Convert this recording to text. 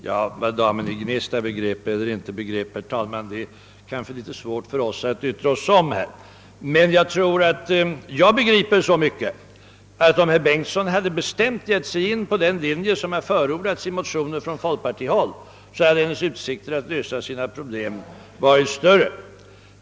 Herr talman! Vad damen i Gnesta förstod är kanske svårt för oss att yttra oss om. Men jag begriper så mycket att om herr Bengtssons kommitté hade valt den linje som förordats i motioner från folkpartiet hade hennes utsikter att få sina problem lösta varit större.